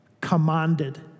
commanded